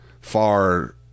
far